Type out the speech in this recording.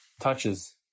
touches